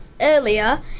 earlier